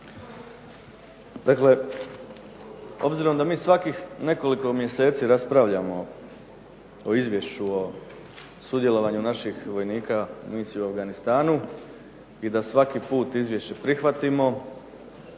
Dakle, obzirom da mi svakih nekoliko mjeseci raspravljamo o izvješću o sudjelovanju naših vojnika u misiji u Afganistanu i da svaki put izvješće prihvatimo,